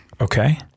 Okay